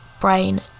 brain